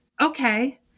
Okay